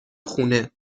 خونه